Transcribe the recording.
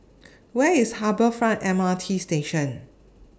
Where IS Harbour Front M R T Station